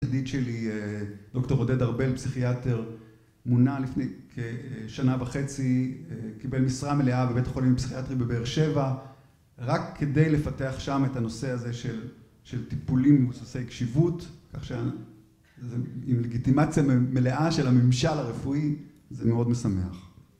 ידיד שלי, דוקטור עודד ארבל, פסיכיאטר, מונה לפני שנה וחצי, קיבל משרה מלאה בבית החולים הפסיכיאטרי בבאר שבע, רק כדי לפתח שם את הנושא הזה של טיפולים מבוססי קשיבות, עם לגיטימציה מלאה של הממשל הרפואי, זה מאוד משמח.